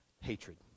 Hatred